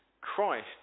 Christ